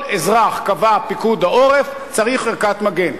כל אזרח, קבע פיקוד העורף, צריך ערכת מגן.